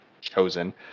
Chosen